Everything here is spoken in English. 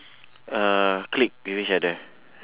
uh click with each other